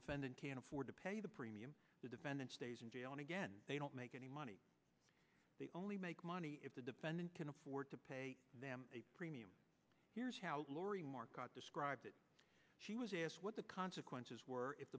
defendant can't afford to pay the premium the defendant stays in jail and again they don't make any money they only make money if the defendant can afford to pay them a premium here's how lori marcotte described it she was asked what the consequences were if